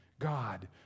God